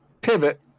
pivot